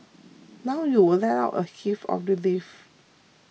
now you will let out a heave of relief